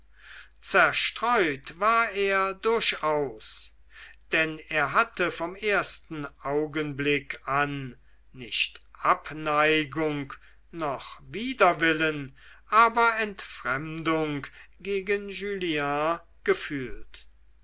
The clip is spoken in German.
zerstreut war er durchaus denn er hatte vom ersten augenblick an nicht abneigung noch widerwillen aber entfremdung gegen julien gefühlt